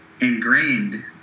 ingrained